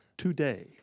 Today